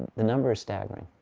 the number is staggering.